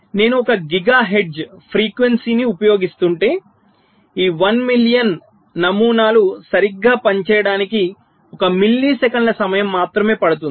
నేను 1 గిగాహెర్ట్జ్ గడియార ఫ్రీక్వెన్సీని ఉపయోగిస్తుంటే ఈ 1 మిలియన్ నమూనాలు సరిగ్గా పనిచేయడానికి 1 మిల్లీసెకన్ల సమయం మాత్రమే పడుతుంది